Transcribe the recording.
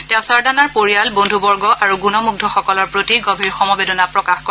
তেওঁ সৰদানাৰ পৰিয়াল বন্ধু বৰ্গ আৰু গুণমুগ্ধসকলৰ প্ৰতি গভীৰ সমবেদনা প্ৰকাশ কৰে